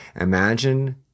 Imagine